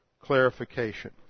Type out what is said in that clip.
clarification